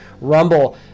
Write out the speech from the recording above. Rumble